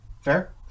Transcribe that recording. Fair